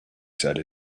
said